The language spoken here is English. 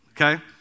Okay